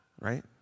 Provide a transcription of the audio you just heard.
right